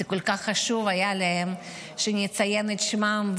היה להם כל כך חשוב שנציין את שמם,